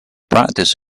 practice